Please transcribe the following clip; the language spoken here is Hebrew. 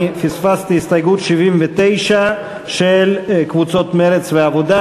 אני פספסתי את הסתייגות 79 של קבוצות מרצ והעבודה.